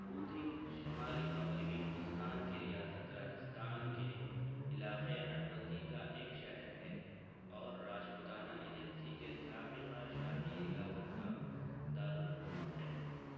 بوندی شمالی مغربی ہندوستان کی ریاست راجستھان کے علاقے ہڈوتی کا ایک شہر ہے اور راجپوتانہ ایجنسی کے سابقہ شاہی ریاست کا دارالحکومت ہے